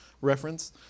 reference